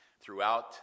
throughout